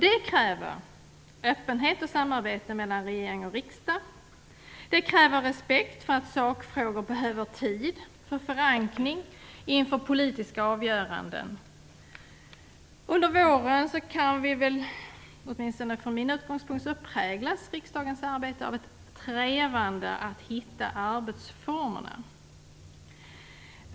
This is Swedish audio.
Det kräver öppenhet och samarbete mellan regering och riksdag. Det kräver respekt för att sakfrågor behöver tid för förankring inför politiska avgöranden. Under våren har riksdagens arbete, åtminstone från min utgångspunkt, präglats av ett trevande när det gäller att hitta arbetsformerna.